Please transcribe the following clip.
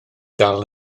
dal